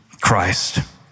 Christ